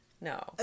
no